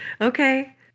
Okay